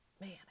Man